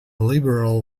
liberal